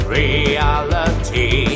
reality